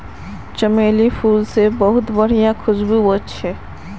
चमेलीर फूल से बहुत बढ़िया खुशबू वशछे